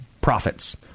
profits